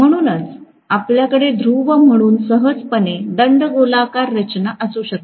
म्हणूनच आपल्याकडे ध्रुव म्हणून सहजपणे दंडगोलाकार रचना असू शकते